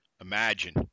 imagine